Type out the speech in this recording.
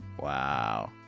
Wow